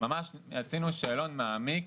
ממש עשינו שאלון מעמיק,